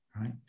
right